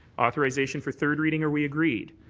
authorization for third reading, are we agreed?